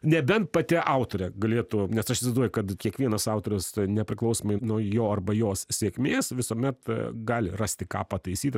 nebent pati autorė galėtų nes aš įsivaizduoju kad kiekvienas autorius nepriklausomai nuo jo arba jos sėkmės visuomet gali rasti ką pataisyti